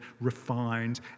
refined